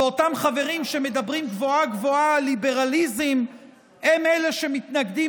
ואותם חברים שמדברים גבוהה-גבוהה על ליברליזם הם אלה שמתנגדים